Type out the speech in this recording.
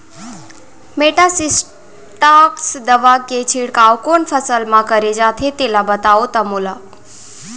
Metasystox दवा के छिड़काव कोन फसल म करे जाथे तेला बताओ त मोला?